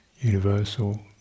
universal